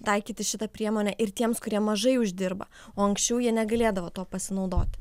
taikyti šitą priemonę ir tiems kurie mažai uždirba o anksčiau jie negalėdavo tuo pasinaudoti